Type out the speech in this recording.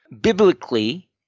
biblically